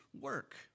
work